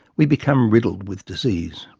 we become riddled with disease.